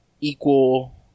equal